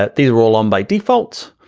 ah these are all on by default.